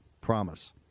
promise